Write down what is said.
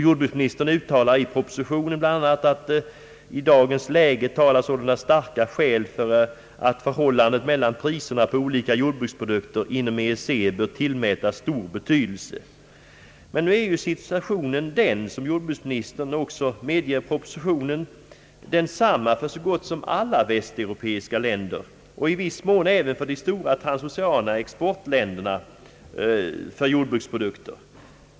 Jordbruksministern uttalar i propositionen bl.a., att i dagens läge talar starka skäl för att förhållandet mellan priserna på olika jordbruksprodukter inom EEC bör tillmätas stor betydelse. Som jordbruksministern också medger i propositionen är situationen så gott som densamma i alla västeuropeiska länder och i viss mån även för de stora transoceana exportländerna för jordbruksprodukter.